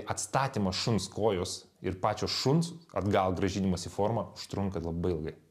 atstatymas šuns kojos ir pačio šuns atgal grąžinimas į formą užtrunka labai ilgai